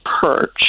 perch